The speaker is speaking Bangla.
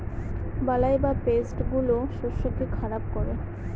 বালাই বা পেস্ট গুলো শস্যকে খারাপ করে